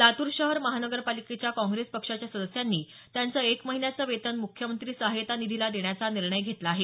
लातूर शहर महानगरपालिकेतल्या काँप्रेस पक्षाच्या सदस्यांनी त्यांचं एक महिन्याचं वेतन मुख्यमंत्री सहायता निधीला देण्याचा निर्णय घेतला आहे